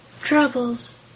troubles